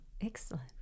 Excellent